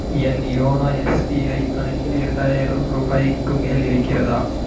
என் யோனா எஸ்பிஐ கணக்கில் இரண்டாயிரம் ரூபாய்க்கு மேல் இருக்கிறதா